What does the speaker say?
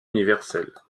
universelle